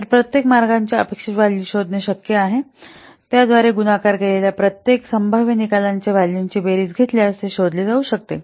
तर प्रत्येक मार्गाचे अपेक्षित व्हॅल्यू शोधणे शक्य आहे त्याद्वारे गुणाकार केलेल्या प्रत्येक संभाव्य निकालांच्या व्हॅल्यूची बेरीज घेतल्यास ते शोधले जाऊ शकते